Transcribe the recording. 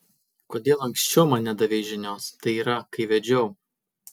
kodėl anksčiau man nedavei žinios tai yra kai vedžiau